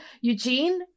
Eugene